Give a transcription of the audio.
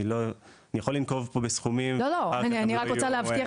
אני יכול לנקוב פה בסכומים --- אני רק רוצה להבטיח